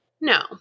No